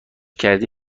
کردی